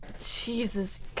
Jesus